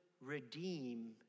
redeem